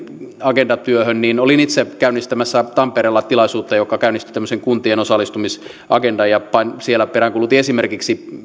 agenda työhön olin itse käynnistämässä tampereella tilaisuutta joka käynnisti tämmöisen kuntien osallistumisagendan ja siellä peräänkuulutin esimerkiksi